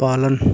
पालन